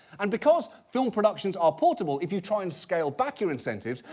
and because film productions are portable, if you try and scale back your incentives,